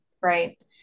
right